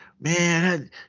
man